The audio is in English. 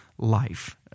life